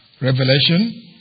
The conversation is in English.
Revelation